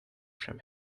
from